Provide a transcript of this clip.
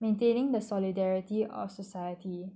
maintaining the solidarity of society